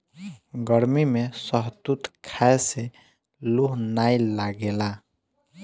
गरमी में शहतूत खाए से लूह नाइ लागेला